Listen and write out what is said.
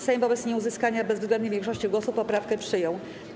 Sejm wobec nieuzyskania bezwzględnej większości głosów poprawkę przyjął.